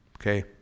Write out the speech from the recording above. okay